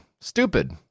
Stupid